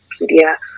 media